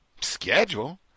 Schedule